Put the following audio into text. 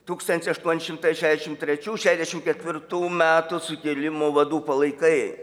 tūkstantis aštuoni šimtai šešiasdešim trečių šešiasdešim ketvirtų metų sukilimo vadų palaikai